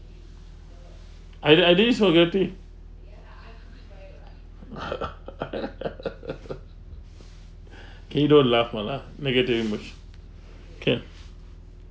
I did I did it so dirty can you don't laugh more lah negative image can